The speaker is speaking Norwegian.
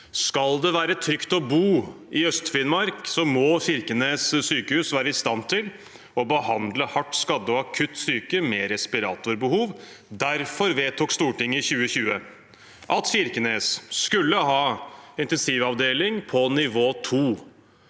Skal det være trygt å bo i Øst-Finnmark, må Kirkenes sykehus være i stand til å behandle hardt skadde og akutt syke med respiratorbehov. Derfor vedtok Stortinget i 2020 at Kirkenes skulle ha intensivavdeling på nivå 2.